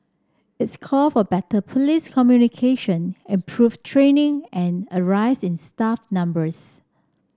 it's called for better police communication improved training and a rise in staff numbers